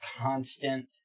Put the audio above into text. constant